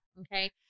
okay